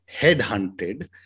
headhunted